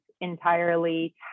entirely